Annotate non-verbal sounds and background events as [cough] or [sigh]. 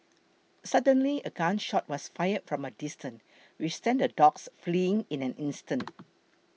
suddenly a gun shot was fired from a distance which sent the dogs fleeing in an instant [noise]